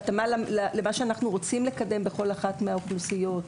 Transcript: בהתאמה למה שאנחנו רוצים לקדם בכל אחת מן האוכלוסיות.